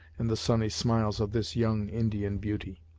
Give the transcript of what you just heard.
and the sunny smiles of this young indian beauty.